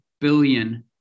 billion